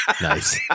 Nice